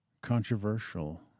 controversial